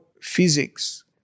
physics